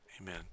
amen